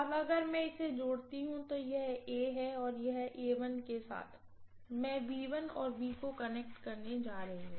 अब अगर मैं इसे जोड़ती हूँ तो यह है और के साथ मैं और को कनेक्ट करने जा रही हूँ